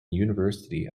university